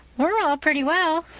we're all pretty well,